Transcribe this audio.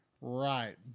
Right